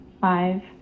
five